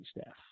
staff